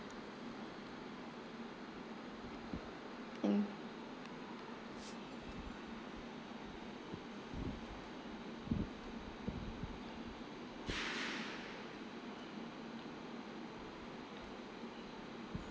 think